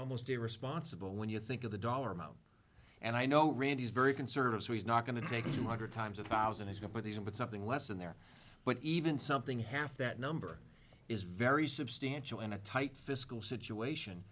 almost irresponsible when you think of the dollar amount and i know rand is very conservative so he's not going to take you modern times a thousand he's going to these and put something less in there but even something half that number is very substantial in a tight fiscal situation